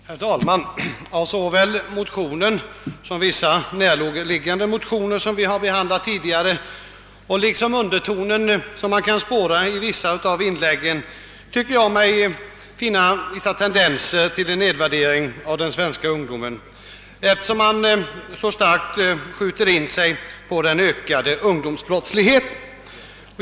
Herr talman! Både i de nu aktuella motionerna och i vissa närliggande motioner, som vi har behandlat tidigare, tycker jag mig kunna spåra tendenser till en nedvärdering av den svenska ungdomen. En sådan nedvärdering har också, såvitt jag uppfattat saken, legat som underton i en del av de inlägg som gjorts här. Man skjuter ju så starkt in sig på den ökade ungdomsbrottsligheten.